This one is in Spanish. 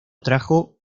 trajo